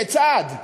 כיצד?